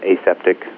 aseptic